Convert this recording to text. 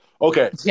Okay